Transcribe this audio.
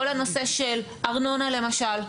כל הנושא של ארנונה למשל,